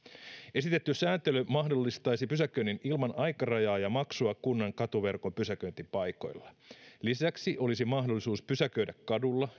esitetty sääntely mahdollistaisi pysäköinnin ilman aikarajaa ja maksun kunnan katuverkon pysäköintipaikoilla lisäksi olisi mahdollisuus pysäköidä kadulla